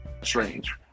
Strange